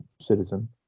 citizen